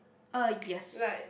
uh yes